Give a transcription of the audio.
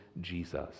Jesus